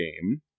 Game